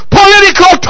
political